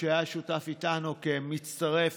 שהיה שותף איתנו כמצטרף